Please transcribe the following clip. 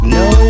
no